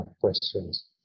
questions